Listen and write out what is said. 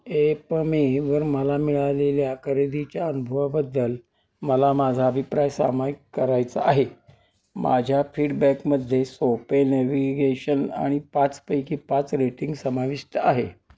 एपमेवर मला मिळालेल्या खरेदीच्या अनुभवाबद्दल मला माझा अभिप्राय सामायिक करायचा आहे माझ्या फीडबॅकमध्ये सोपे नॅव्हिगेशन आणि पाचपैकी पाच रेटिंग समाविष्ट आहे